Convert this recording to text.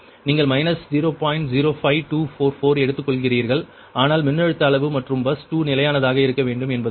05244 எடுத்துக்கொள்கிறீர்கள் ஆனால் மின்னழுத்த அளவு மற்றும் பஸ் 2 நிலையானதாக இருக்க வேண்டும் என்பதால் e22